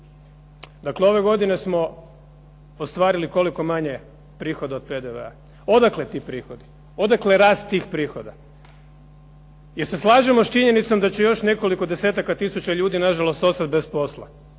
Dakle ove godine smo ostvarili koliko manje prihoda od PDV-a. Odakle ti prihodi, odakle rast tih prihoda? Jel se slažemo s činjenicom da će još nekoliko desetaka tisuća ljudi ostati bez posla?